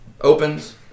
opens